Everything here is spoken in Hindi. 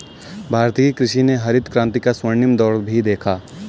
भारतीय कृषि ने हरित क्रांति का स्वर्णिम दौर भी देखा